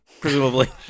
Presumably